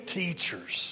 teachers